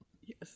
Yes